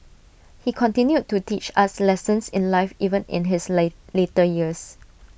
he continued to teach us lessons in life even in his late later years